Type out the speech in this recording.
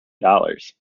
dollars